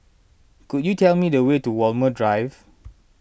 could you tell me the way to Walmer Drive